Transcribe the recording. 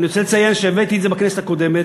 ואני רוצה לציין שהבאתי את זה בכנסת הקודמת,